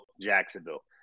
Jacksonville